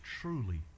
truly